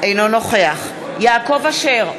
אינו נוכח יעקב אשר,